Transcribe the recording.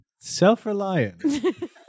self-reliant